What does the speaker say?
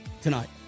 tonight